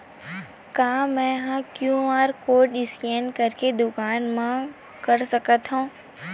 का मैं ह क्यू.आर कोड स्कैन करके दुकान मा कर सकथव?